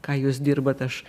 ką jūs dirbat aš